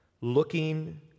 Looking